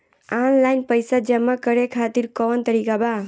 Online पइसा जमा करे खातिर कवन तरीका बा?